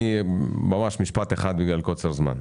אני אתייחס רק לדבר אחד בגלל קוצר זמן,